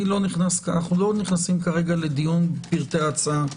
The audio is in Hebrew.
לא נכנסים כרגע לדיון בפרטי ההצעה.